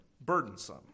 burdensome